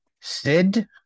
Sid